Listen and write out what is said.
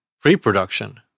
pre-production